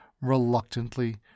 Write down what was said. reluctantly